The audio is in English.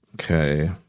okay